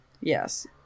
Yes